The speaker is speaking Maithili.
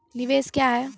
निवेश क्या है?